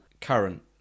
current